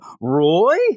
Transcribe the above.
Roy